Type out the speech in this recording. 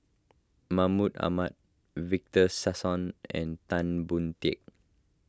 Mahmud Ahmad Victor Sassoon and Tan Boon Teik